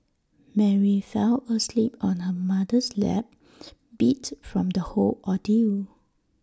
Mary fell asleep on her mother's lap beat from the whole ordeal